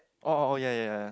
oh oh oh ya ya